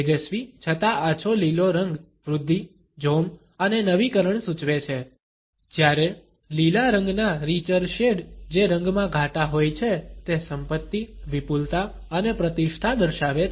તેજસ્વી છતાં આછો લીલો રંગ વૃદ્ધિ જોમ અને નવીકરણ સૂચવે છે જ્યારે લીલા રંગના રીચર શેડ જે રંગમાં ઘાટા હોય છે તે સંપત્તિ વિપુલતા અને પ્રતિષ્ઠા દર્શાવે છે